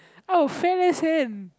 oh fat ass hand